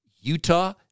Utah